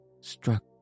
struck